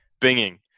Binging